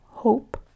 hope